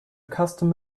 customer